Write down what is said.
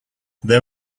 there